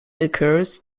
occurs